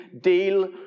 deal